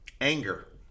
anger